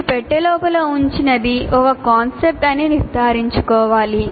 మీరు పెట్టె లోపల ఉంచినది ఒక కాన్సెప్ట్ అని నిర్ధారించుకోవాలి